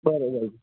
બરાબર